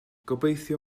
gobeithio